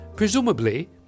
Presumably